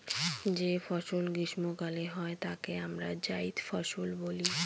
যে ফসল গ্রীস্মকালে হয় তাকে আমরা জাইদ ফসল বলি